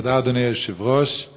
דברי הכנסת חוברת ל' ישיבה ר"מ